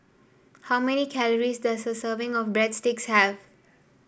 how many calories does a serving of Breadsticks have